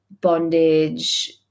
bondage